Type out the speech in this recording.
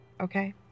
okay